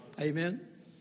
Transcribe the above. Amen